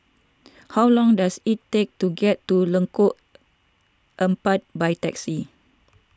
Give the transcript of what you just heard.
how long does it take to get to Lengkong Empat by taxi